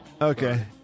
Okay